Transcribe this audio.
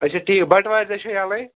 اَچھا ٹھیٖک بَٹہٕ وارِ دۄہ چھا یلٕے